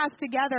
together